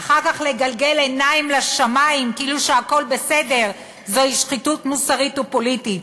ואחר כך לגלגל עיניים לשמים כאילו הכול בסדר זו שחיתות מוסרית ופוליטית,